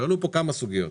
עלו פה כמה סוגיות.